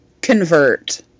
convert